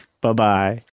Bye-bye